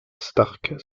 stark